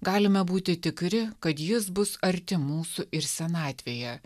galime būti tikri kad jis bus arti mūsų ir senatvėje